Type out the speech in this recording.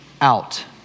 out